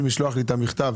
שולחים לי מכתב